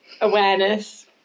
awareness